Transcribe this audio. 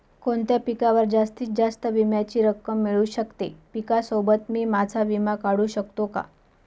कोणत्या पिकावर जास्तीत जास्त विम्याची रक्कम मिळू शकते? पिकासोबत मी माझा विमा काढू शकतो का?